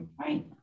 Right